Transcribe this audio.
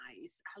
nice